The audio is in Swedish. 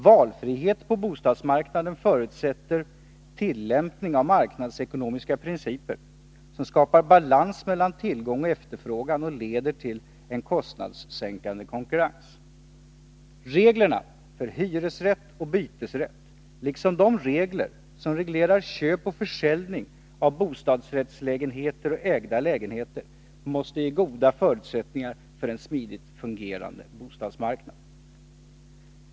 Valfrihet på bostadsmarknaden förutsätter tillämpning av marknadsekonomiska principer, som skapar balans mellan tillgång och efterfrågan och leder till en kostnadssänkande konkurrens. Reglerna för hyresrätt och bytesrätt, liksom de regler som reglerar köp och försäljning av bostadsrättslägenheter och ägda lägenheter, måste ge goda förutsättningar för en smidigt fungerande bostadsmarknad.